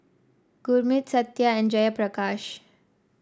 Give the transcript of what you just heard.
Gurmeet Satya and Jayaprakash